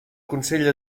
consell